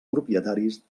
propietaris